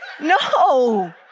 No